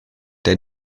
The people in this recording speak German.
der